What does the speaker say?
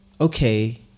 okay